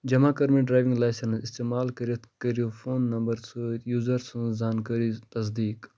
جمع کٔرۍ مِتۍ ڈرٛایوِنٛگ لایسَنٕس استعمال کٔرتھ کٔرو فون نمبرٕ سۭتۍ یوزَر سٕنٛز زانکٲری تصدیٖق